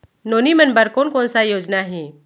नोनी मन बर कोन कोन स योजना हे?